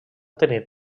tenir